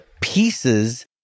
pieces